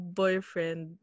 boyfriend